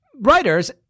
writers